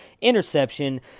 interception